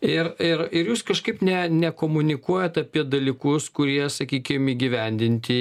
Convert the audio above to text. ir ir ir jūs kažkaip ne nekomunikuojat apie dalykus kurie sakykim įgyvendinti